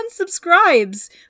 unsubscribes